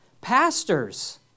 pastors